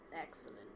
Excellent